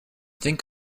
think